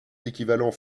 équivalents